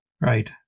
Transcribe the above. Right